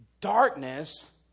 darkness